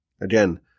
Again